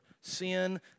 Sin